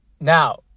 Now